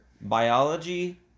biology